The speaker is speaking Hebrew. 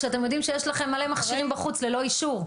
כשאתם יודעים שיש לכם מלא מכשירים בחוץ ללא אישור.